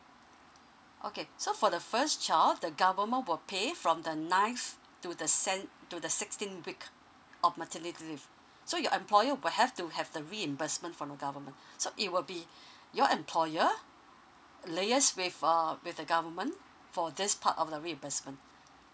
okay so for the first child the government will pay from the ninth to the sand to the sixteen week of maternity leave so your employer will have to have the reimbursement from the government so it will be your employer liaise with err with the government for this part of the reimbursement